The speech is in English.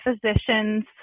physicians